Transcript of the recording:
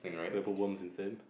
rapper worm is insane